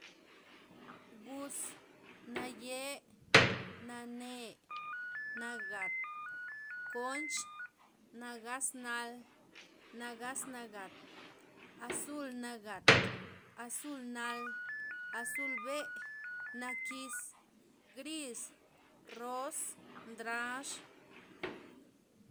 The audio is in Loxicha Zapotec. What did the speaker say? Gus naye' nane' nagat' konch nagaz nal nagaz nagat' azul nagat' azul nal azul be' nakiz gris ross ndrax